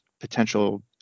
potential